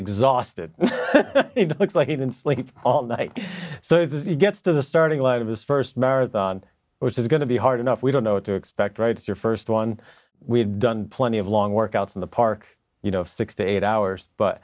exhausted looks like he didn't sleep all night so that he gets to the starting line of his first marathon which is going to be hard enough we don't know what to expect right your first one we've done plenty of long workouts in the park you know six to eight hours but